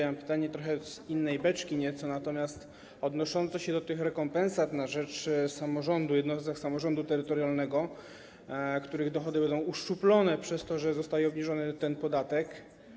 Ja mam pytanie trochę z innej beczki, natomiast odnoszące się do tych rekompensat na rzecz samorządu, jednostek samorządu terytorialnego, których dochody będą uszczuplone przez to, że zostaje obniżony ten podatek.